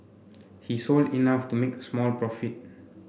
he sold enough to make a small profit